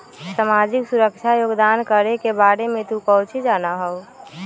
सामाजिक सुरक्षा योगदान करे के बारे में तू काउची जाना हुँ?